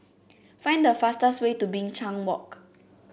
find the fastest way to Binchang Walk